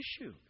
issue